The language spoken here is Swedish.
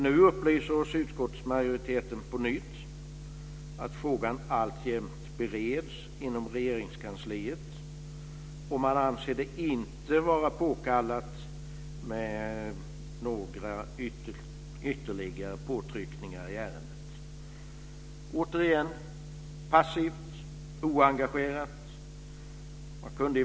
Nu upplyser oss utskottsmajoriteten på nytt att frågan alltjämt bereds inom Regeringskansliet, och man anser det inte vara påkallat med några ytterligare påtryckningar i ärendet. Det är återigen passivt och oengagerat.